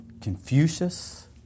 Confucius